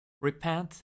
Repent